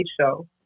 show